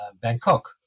Bangkok